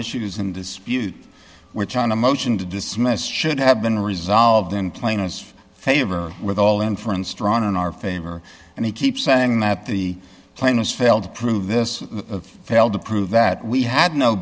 issues in dispute which on a motion to dismiss should have been resolved in plainest favor with all inference drawn in our favor and he keeps saying that the plan has failed to prove this failed to prove that we had no